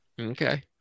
okay